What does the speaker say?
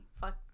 Fuck